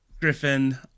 Griffin